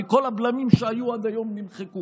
כי כל הבלמים שהיו עד היום נמחקו.